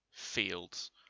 fields